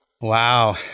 Wow